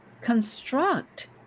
construct